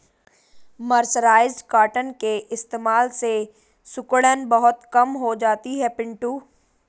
mercerised cotton के इस्तेमाल से सिकुड़न बहुत कम हो जाती है पिंटू